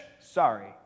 Sorry